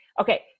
Okay